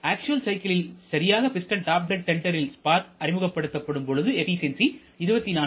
actual சைக்கிளில்சரியாக piston top dead சென்டரில் spark அறிமுகப்படுத்தப்படும் பொழுது எபிசென்சி 24